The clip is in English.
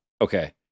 Okay